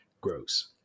gross